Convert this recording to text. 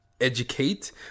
educate